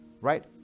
right